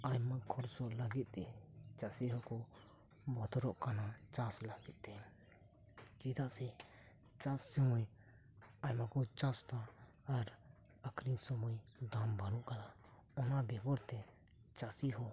ᱟᱭᱢᱟ ᱠᱷᱚᱨᱪᱚᱜ ᱞᱟᱜᱤᱫ ᱛᱮ ᱪᱟᱥᱤ ᱦᱚᱸᱠᱚ ᱵᱚᱛᱚᱨᱚᱜ ᱠᱟᱱᱟ ᱪᱟᱥ ᱞᱟᱜᱤᱫ ᱛᱮ ᱪᱮᱫᱟᱜ ᱥᱮ ᱪᱟᱥ ᱥᱳᱢᱳᱭ ᱟᱭᱢᱟ ᱠᱚ ᱪᱟᱥ ᱮᱫᱟ ᱟᱨ ᱟᱠᱷᱨᱤᱧ ᱥᱳᱢᱳᱭ ᱫᱟᱢ ᱵᱟᱱᱩᱜ ᱟᱠᱟᱫᱟ ᱚᱱᱟ ᱵᱮᱜᱚᱨ ᱛᱮ ᱪᱟᱥᱤ ᱦᱚᱸ